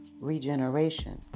regeneration